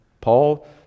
Paul